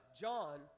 John